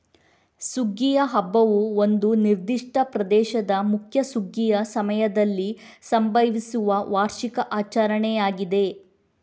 ಸುಗ್ಗಿಯ ಹಬ್ಬವು ಒಂದು ನಿರ್ದಿಷ್ಟ ಪ್ರದೇಶದ ಮುಖ್ಯ ಸುಗ್ಗಿಯ ಸಮಯದಲ್ಲಿ ಸಂಭವಿಸುವ ವಾರ್ಷಿಕ ಆಚರಣೆಯಾಗಿದೆ